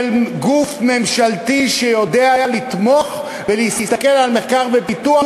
גוף ממשלתי שיודע לתמוך ולהסתכל על מחקר ופיתוח,